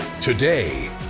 Today